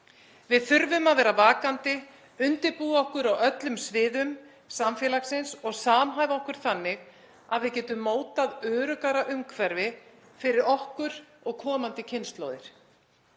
Við þurfum að vera vakandi, undirbúa okkur á öllum sviðum samfélagsins og samhæfa okkur þannig að við getum mótað öruggara umhverfi fyrir okkur og komandi kynslóðir.